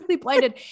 blinded